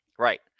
Right